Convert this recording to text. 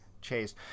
chase